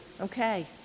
okay